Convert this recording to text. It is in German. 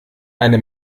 eine